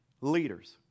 leaders